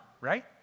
right